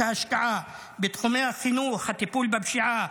ההשקעה בתחומי החינוך והטיפול בפשיעה,